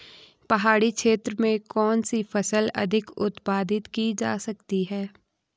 पहाड़ी क्षेत्र में कौन सी फसल अधिक उत्पादित की जा सकती है?